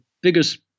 biggest